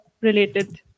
related